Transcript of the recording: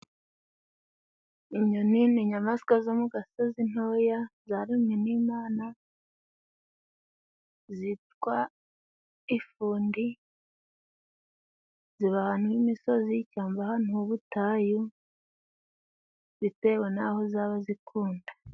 Inyoni n inyamaswa zo mu gasozi ntoya zaremwe n'Imana zitwa ifundi, ziba ahantu h'imisozi y'ishyamba, cyangwa ahantu h'ubutayu, bitewe n'aho zaba zikunda.